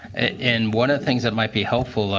and one of the things that might be helpful. like